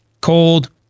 cold